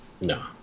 No